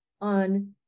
on